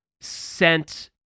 sent